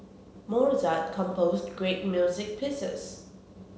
Mozart composed great music pieces